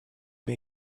may